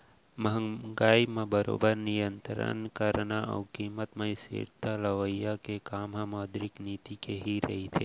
महंगाई म बरोबर नियंतरन करना अउ कीमत म स्थिरता लवई के काम ह मौद्रिक नीति के ही रहिथे